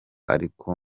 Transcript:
ariko